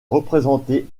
représenté